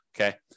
okay